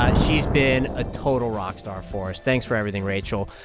ah she's been a total rock star for us. thanks for everything, rachel.